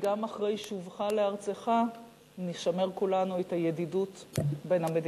וגם אחרי שובך לארצך נשמר כולנו את הידידות בין המדינות.